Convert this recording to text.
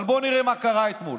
אבל בואו נראה מה קרה אתמול.